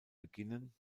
beginnen